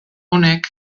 honek